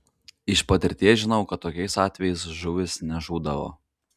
iš patirties žinau kad tokiais atvejais žuvys nežūdavo